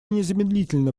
незамедлительно